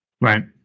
Right